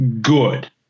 good